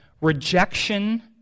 rejection